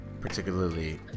particularly